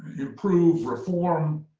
improve, reform,